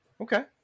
Okay